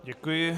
Děkuji.